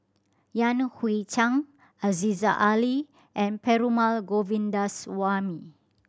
Yan Hui Chang Aziza Ali and Perumal Govindaswamy